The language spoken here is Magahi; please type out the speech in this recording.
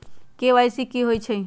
के.वाई.सी कि होई छई?